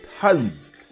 tons